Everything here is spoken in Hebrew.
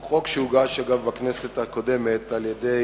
הוא חוק, שהוגש, אגב, בכנסת הקודמת על-ידי